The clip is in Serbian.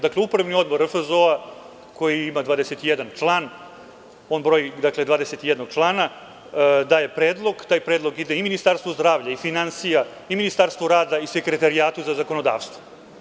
Dakle, Upravni odbor RFZO, koji broji 21 član, daje predlog, taj predlog ide i Ministarstvu zdravlja i finansija i Ministarstvu rada i Sekretarijatu za zakonodavstvo.